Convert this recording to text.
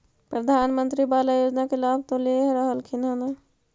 प्रधानमंत्री बाला योजना के लाभ तो ले रहल्खिन ह न?